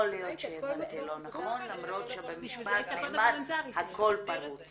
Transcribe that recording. יכול להיות שהבנתי לא נכון למרות שבמשפט נאמר הכל פרוץ